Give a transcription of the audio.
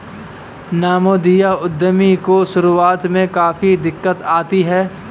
नवोदित उद्यमी को शुरुआत में काफी दिक्कत आती है